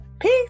Peace